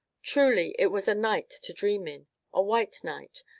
truly it was a night to dream in a white night,